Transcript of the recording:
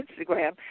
Instagram